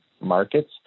markets